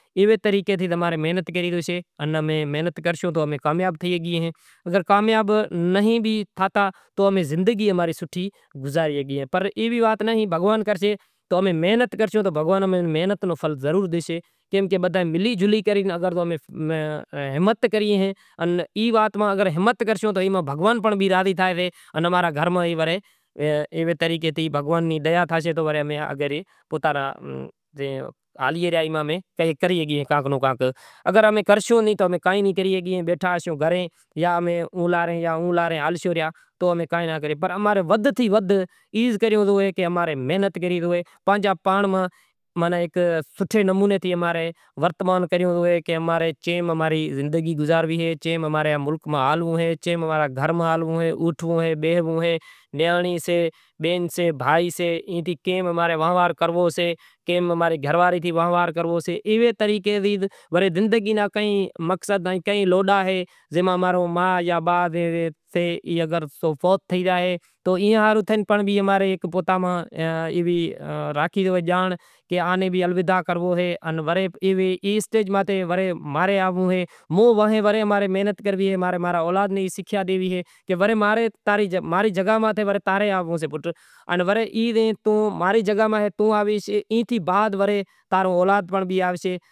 ایوے طریقے تمیں محنت کری شگھو محنت کرشو تو کامیاب تھئی شگئیں اگر کامیاب نہیں بھی تھاتا تو زندگی اماں ری سوٹھی گزارے شگیئے ایوی وات نہیں بھگوان کرشے تو امیں محنت کرشو تو بھگوان محنت نو فل ضرور ڈیشے۔ کیم کہ بدہا ملی جلی کرے امیں ہمت کریئے ایں آن ای وات میں ہمت کرشو تو بھگوان نی اماں نے گھر میں دیا تھاشے۔ ورے امیں پوتاں نیں کائیں کری شگیئں ایوی راکھی جانڑ کہ ای اسٹیج ماتھے پسے ورے آونڑو سے۔ محنت کرنوی اے آنپڑے اولاد ناں سکھیا ڈینڑی اے ورے ماں ری جگا ماتھے تاں ناں آنونڑو سے پٹ